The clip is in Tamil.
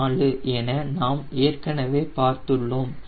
94 என நாம் ஏற்கனவே பார்த்துள்ளோம்